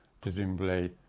presumably